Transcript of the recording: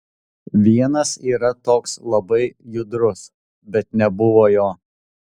vienas yra toks labai judrus bet nebuvo jo